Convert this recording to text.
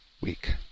week